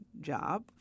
job